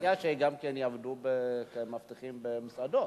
ולכן אני מציע שגם כן יעבדו כמאבטחים במסעדות.